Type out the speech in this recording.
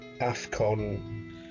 AFCON